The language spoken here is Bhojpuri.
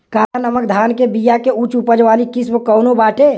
काला नमक धान के बिया के उच्च उपज वाली किस्म कौनो बाटे?